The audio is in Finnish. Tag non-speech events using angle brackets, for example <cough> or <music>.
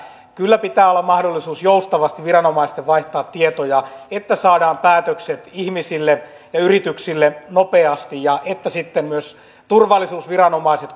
kyllä pitää olla mahdollista joustavasti viranomaisten vaihtaa tietoja että saadaan päätökset ihmisille ja yrityksille nopeasti ja että sitten myös turvallisuusviranomaiset <unintelligible>